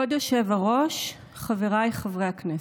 כבוד היושב-ראש, חבריי חברי הכנסת,